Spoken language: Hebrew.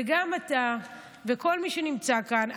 וגם אתה, וכל מי שנמצא כאן.